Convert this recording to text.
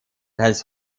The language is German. teils